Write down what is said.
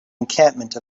encampment